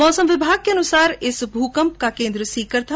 मौसम विभाग के अनुसार इस भूकंप का केन्द्र सीकर था